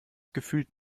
gefühlt